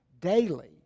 daily